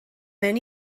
mewn